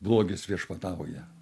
blogis viešpatauja